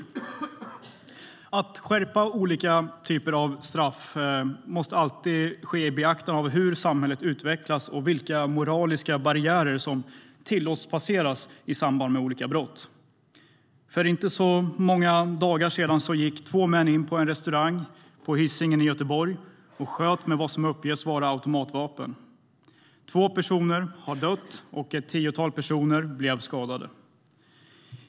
För inte särskilt många dagar sedan gick två män in på en restaurang på Hisingen i Göteborg och sköt med vad som uppges vara automatvapen. Två personer har dött och ett tiotal personer blev skadade.